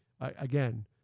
again